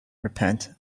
repent